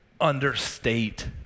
understate